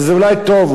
וזה אולי טוב,